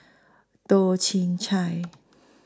Toh Chin Chye